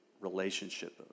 relationship